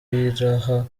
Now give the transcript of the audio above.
iraha